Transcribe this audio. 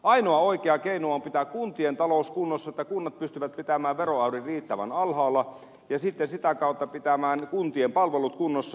ainoa oikea keino on pitää kuntien talous kunnossa että kunnat pystyvät pitämään veroäyrin riittävän alhaalla ja sitten sitä kautta pitämään kuntien palvelut kunnossa